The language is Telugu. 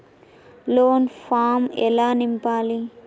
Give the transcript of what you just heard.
లోన్ ఫామ్ ఎలా నింపాలి?